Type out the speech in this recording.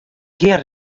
gjin